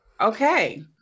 Okay